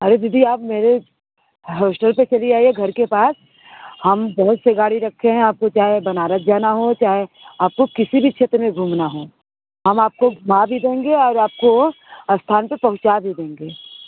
अरे दीदी आप मेरे होस्टल पर चली आइए घर के पास हम बहुत से गाड़ी रखे हैं आपको चाहे बनारस जाना हो चाहे आपको किसी भी क्षेत्र में घूमना हो हम आपको घुमा भी देंगे और आपको स्थान पर पहुँचा भी देंगे